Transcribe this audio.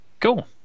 Cool